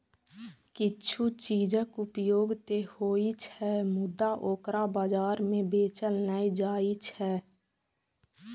किछु चीजक उपयोग ते होइ छै, मुदा ओकरा बाजार मे बेचल नै जाइ छै, जेना हवा